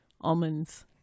almonds